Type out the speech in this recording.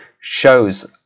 shows